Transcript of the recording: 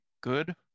good